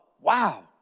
wow